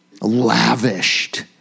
lavished